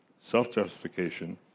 self-justification